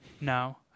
No